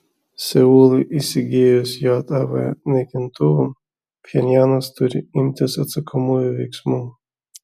seului įsigijus jav naikintuvų pchenjanas turi imtis atsakomųjų veiksmų